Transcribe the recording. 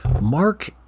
Mark